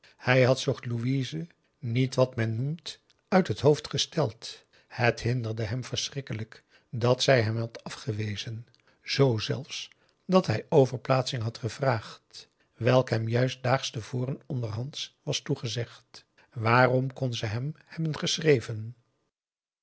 hij had zich louise niet wat men noemt uit het hoofd gesteld het hinderde hem verschrikkelijk dat zij hem had afgewezen z zelfs dat hij overplaatsing had gevraagd welke hem juist daags te voren ondershands was toegezegd waarom kon ze hem hebben geschreven